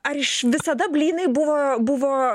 ar iš visada blynai buvo buvo